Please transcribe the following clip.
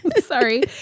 Sorry